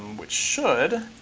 which should,